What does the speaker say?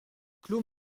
clos